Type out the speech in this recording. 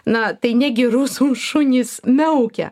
na tai negi rusų šunys miaukia